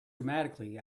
dramatically